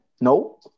No